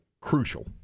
crucial